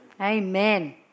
Amen